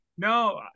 No